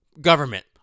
government